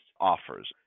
offers